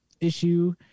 issue